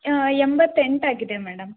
ಎಂಬತ್ತೆಂಟು ಆಗಿದೆ ಮೇಡಮ್